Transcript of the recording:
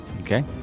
okay